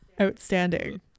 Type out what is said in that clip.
Outstanding